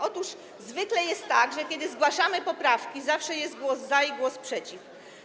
Otóż zwykle jest tak, że kiedy zgłaszamy poprawki, zawsze jest głos za i głos przeciw.